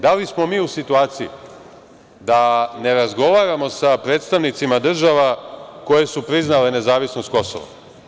Da li smo mi u situaciji da ne razgovaramo sa predstavnicima država koje su priznale nezavisnost Kosova?